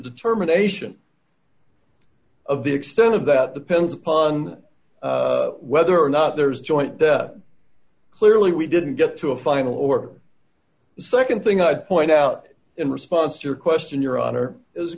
determination of the extent of that depends upon whether or not there is joint deb clearly we didn't get to a final or nd thing i'd point out in response to your question your honor is